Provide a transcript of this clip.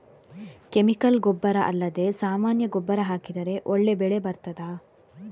Chemical ಗೊಬ್ಬರ ಅಲ್ಲದೆ ಸಾಮಾನ್ಯ ಗೊಬ್ಬರ ಹಾಕಿದರೆ ಒಳ್ಳೆ ಬೆಳೆ ಬರ್ತದಾ?